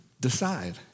decide